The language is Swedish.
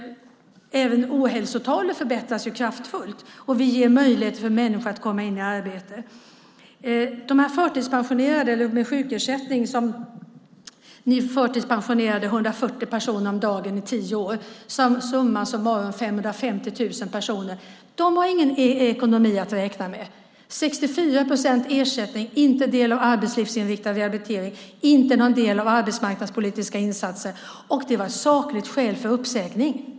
Även ohälsotalen förbättras kraftfullt och vi ger möjligheter för människor att komma in i arbete. De med sjukersättning som ni förtidspensionerade - 140 personer om dagen i tio år, summa summarum 550 000 personer - har ingen ekonomi att räkna med. De har 64 procent i ersättning, får inte del av arbetslivsinriktad rehabilitering eller arbetsmarknadspolitiska insatser, och det är sakligt skäl för uppsägning.